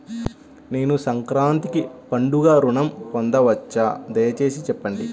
నేను సంక్రాంతికి పండుగ ఋణం పొందవచ్చా? దయచేసి చెప్పండి?